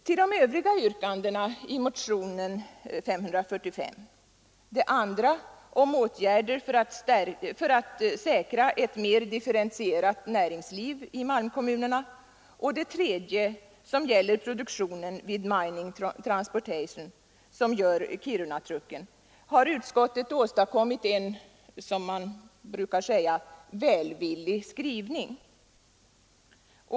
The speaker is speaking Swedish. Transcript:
Till de övriga yrkandena i motionen 545 — det andra om åtgärder för att säkra ett mer differentierat näringsliv i malmkommunerna och det tredje, som gäller produktionen vid Mining Transportation Co. som gör Kirunatrucken — har utskottet åstadkommit en, som man brukar säga, välvillig skrivning.